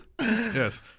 Yes